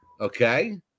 Okay